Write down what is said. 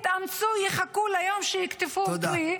יתאמצו ויחכו ליום שיקטפו פרי -- תודה.